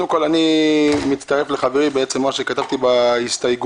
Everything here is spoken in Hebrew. אני מצטרף לדברי חברי כפי שכתבתי בהסתייגות